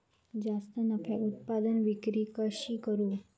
जास्त नफ्याक उत्पादन विक्री कशी करू?